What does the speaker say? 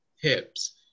hips